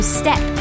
step